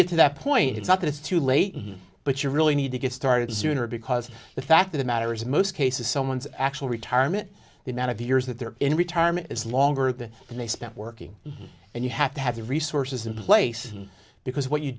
get to that point it's not that it's too late but you really need to get started sooner because the fact of the matter is most cases someone's actual retirement the amount of the years that they're in retirement is longer than they spent working and you have to have the resources in place because what you